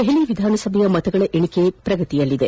ದೆಹಲಿ ವಿಧಾನಸಭೆಯ ಮತಗಳ ಎಣಿಕೆ ಪ್ರಗತಿಯಲ್ಲಿದೆ